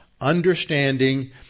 understanding